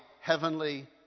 heavenly